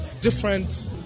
different